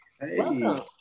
Welcome